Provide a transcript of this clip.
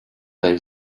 they